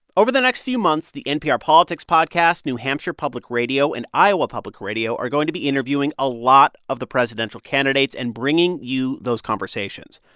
over the next few months, the npr politics podcast, new hampshire public radio and iowa public radio are going to be interviewing a lot of the presidential candidates and bringing you those conversations.